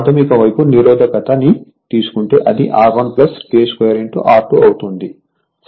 ప్రాధమిక వైపు నిరోధకత ని తీసుకుంటే అది R1 K2 R2 అవుతుంది